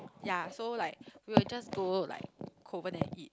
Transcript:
ya so like we will just go like Kovan and eat